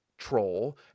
troll